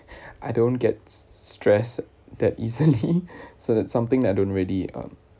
I don't get stressed that easily so that something I don't really um